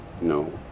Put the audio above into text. No